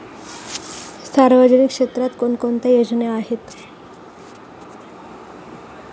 सामाजिक क्षेत्रात कोणकोणत्या योजना आहेत?